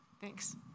Thanks